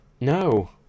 No